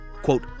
Quote